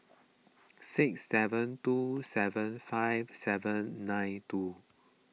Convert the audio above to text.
six seven two seven five seven nine two